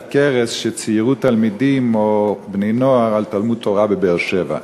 קרס שציירו תלמידים או בני-נוער על תלמוד-תורה בבאר-שבע.